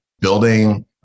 building